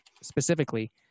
specifically